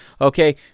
okay